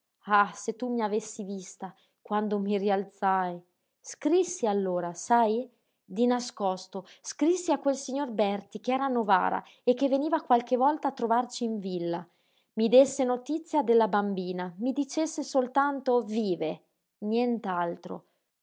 ah se tu mi avessi vista quando mi rialzai scrissi allora sai di nascosto scrissi a quel signor berti che era a novara e che veniva qualche volta a trovarci in villa mi désse notizia della bambina mi dicesse soltanto vive